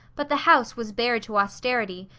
but the house was bare to austerity,